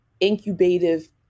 incubative